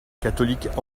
catholiques